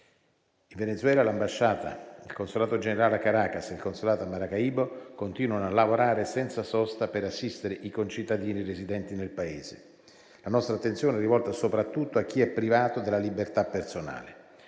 In Venezuela l'ambasciata, il consolato generale a Caracas e il consolato a Maracaibo continuano a lavorare senza sosta per assistere i concittadini residenti nel Paese. La nostra attenzione è rivolta soprattutto a chi è privato della libertà personale.